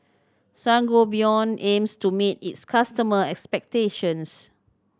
Sangobion aims to meet its customer expectations